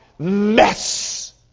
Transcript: Mess